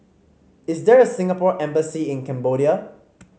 is there a Singapore Embassy in Cambodia